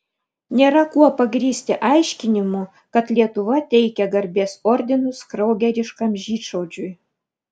nėra kuo pagrįsti aiškinimų kad lietuva teikia garbės ordinus kraugeriškam žydšaudžiui